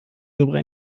darüber